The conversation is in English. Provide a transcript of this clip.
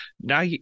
now